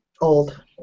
old